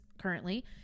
currently